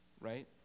right